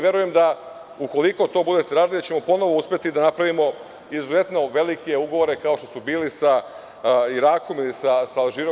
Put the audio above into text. Verujem da ukoliko to budete radili da ćemo ponovo uspeti da napravimo izuzetno velike ugovore, kao što su bili sa Irakom, sa Alžirom.